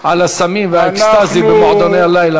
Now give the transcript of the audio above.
זה בדיוק כמו שמפקחים על הסמים ועל ה"אקסטזי" במועדוני הלילה.